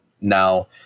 now